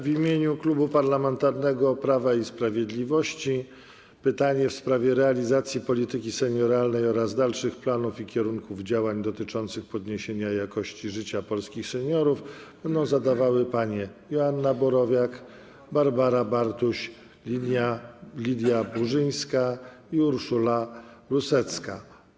W imieniu Klubu Parlamentarnego Prawo i Sprawiedliwość pytanie w sprawie realizacji polityki senioralnej oraz dalszych planów i kierunków działań dotyczących podniesienia jakości życia polskich seniorów będą zadawały panie posłanki Joanna Borowiak, Barbara Bartuś, Lidia Burzyńska i Urszula Rusecka.